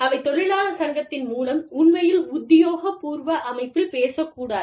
அவை தொழிலாளர் சங்கத்தின் மூலம் உண்மையில் உத்தியோக பூர்வ அமைப்பில் பேசக்கூடாது